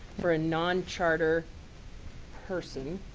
for a non charter person,